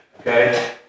Okay